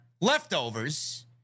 leftovers